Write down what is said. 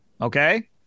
Okay